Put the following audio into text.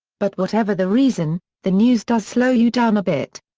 but whatever the reason, the news does slow you down a bit.